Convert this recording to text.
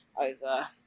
over